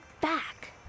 back